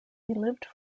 lived